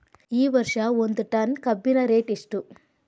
ಈ ವರ್ಷ ಒಂದ್ ಟನ್ ಕಬ್ಬಿನ ರೇಟ್ ಎಷ್ಟು?